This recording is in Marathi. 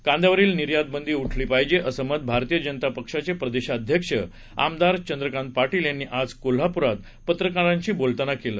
कांद्यावरील निर्यात बंदी उठली पाहिजे असं मत भारतीय जनता पक्षाचे प्रदेशाध्यक्ष आमदार चंद्रकांत पाटील यांनी आज कोल्हापुरात पत्रकारांशी बोलताना व्यक्त केलं